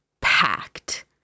packed